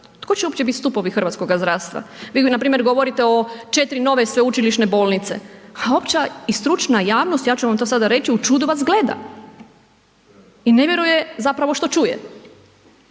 tko će uopće biti stupovi hrvatskoga zdravstva? Vi npr. govorite o četiri nove sveučilišne bolnice a opća i stručna javnost, ja ću vam to sada reći, u čudu vas gleda i ne vjeruje zapravo što čuje.